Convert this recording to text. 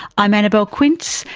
i'm annabelle quince,